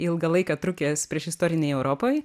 ilgą laiką trukęs priešistorinėj europoje